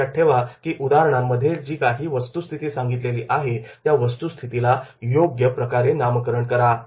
लक्षात ठेवा उदाहरणांमध्ये जी काही वस्तुस्थिती सांगितलेली असेल त्या वस्तुस्थितीला योग्य प्रकारे नामकरण करा